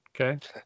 Okay